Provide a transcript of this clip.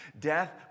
death